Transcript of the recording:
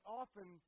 often